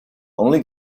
only